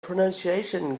pronunciation